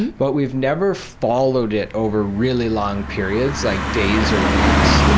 but we've never followed it over really long periods, like days or weeks.